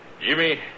Jimmy